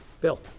Bill